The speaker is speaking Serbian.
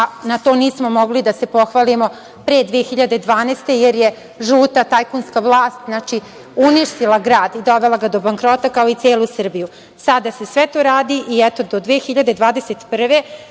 a na to nismo mogli da se pohvalimo pre 2012. godine jer je žuta tajkunska vlast uništila grad i dovela ga do bankrota kao i celu Srbiju. Sada se sve to radi i eto, do 2021.